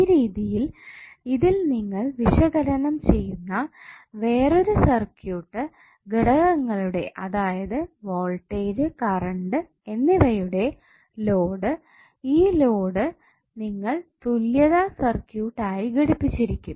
ഈ രീതിയിൽ ഇതിൽ നിങ്ങൾ വിശകലനം ചെയ്യുന്ന വേറുള്ള സർക്യൂട്ട് ഘടകങ്ങളുടെ അതായത് വോൾടേജ് കറണ്ട് എന്നിവയുടെ ലോഡ് ഈ ലോഡ് നിങ്ങൾ തുല്യത സർക്യൂട്ട് ആയിട്ട് ഘടിപ്പിച്ചിരിക്കും